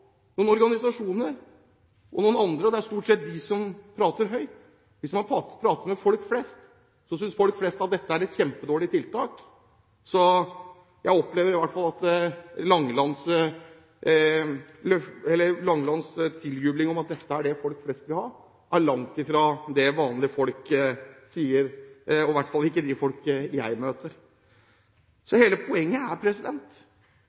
noen organisasjoner og noen andre – og det er stort sett de som prater høyt. Hvis man prater med folk flest, synes folk flest at dette er et kjempedårlig tiltak. Så jeg opplever i hvert fall at Langelands tiljubling av at dette er det folk flest vil ha, er langt fra det vanlige folk sier – i hvert fall ikke de folkene jeg møter. Så hele poenget er